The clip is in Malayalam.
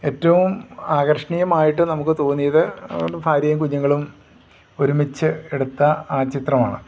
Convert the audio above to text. ഏറ്റവും ആകർഷണീയമായിട്ട് നമുക്ക് തോന്നിയത് ഭാര്യയും കുഞ്ഞുങ്ങളും ഒരുമിച്ച് എടുത്ത ആ ചിത്രമാണ്